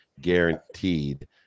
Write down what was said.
guaranteed